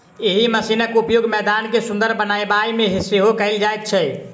एहि मशीनक उपयोग मैदान के सुंदर बनयबा मे सेहो कयल जाइत छै